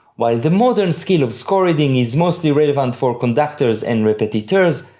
while the modern skill of score-reading is mostly relevant for conductors and repetiteurs,